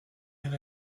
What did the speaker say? and